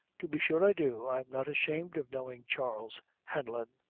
to be sure i do i'm not ashamed of knowin' charles hanlon.